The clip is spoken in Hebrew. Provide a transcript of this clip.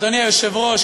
אדוני היושב-ראש,